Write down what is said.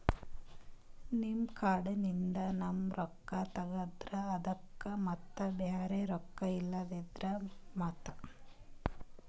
ನಿಮ್ ಕಾರ್ಡ್ ಲಿಂದ ನಮ್ ರೊಕ್ಕ ತಗದ್ರ ಅದಕ್ಕ ಮತ್ತ ಬ್ಯಾರೆ ರೊಕ್ಕ ಇಲ್ಲಲ್ರಿ ಮತ್ತ?